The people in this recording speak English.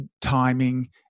timing